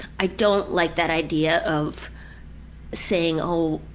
i don't like that idea of saying, oh.